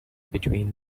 between